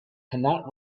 cannot